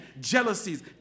jealousies